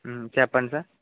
చెప్పండి సార్